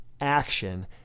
action